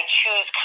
choose